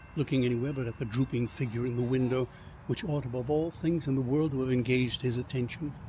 looking anywhere but at the drooping figure in the window which ought, above all things in the world, to have engaged his attention.